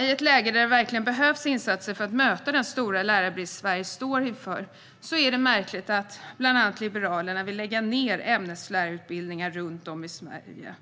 I ett läge där det verkligen behövs insatser för att möta den stora lärarbrist Sverige står inför är det märkligt att bland annat Liberalerna vill lägga ned ämneslärarutbildningar runt om i Sverige.